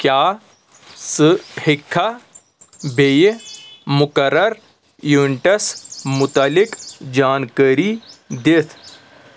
کیٛاہ ژٕ ہیٚکِکھا بیٚیِہ مُقَررٕ ایونٹس مُتعلق جانکٲری دِتھ